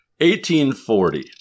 1840